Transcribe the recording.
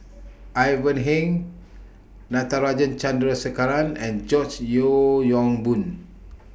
Ivan Heng Natarajan Chandrasekaran and George Yeo Yong Boon